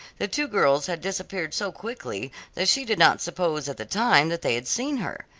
the two girls had disappeared so quickly that she did not suppose at the time that they had seen her.